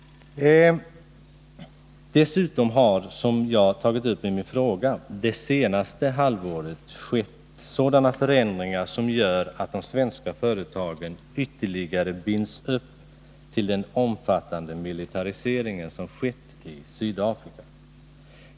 Dessutom har det — som jag tagit upp i min fråga — det senaste halvåret skett sådana förändringar som gör att de svenska företagen ytterligare binds upp till den omfattande militarisering som skett i Sydafrika.